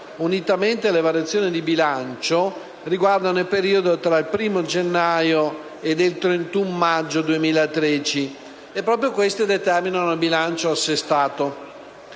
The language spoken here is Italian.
unitamente alle variazioni di bilancio, riguardano il periodo tra il 1° gennaio e il 31 maggio 2013; proprio queste determinano il bilancio assestato.